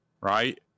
Right